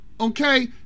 Okay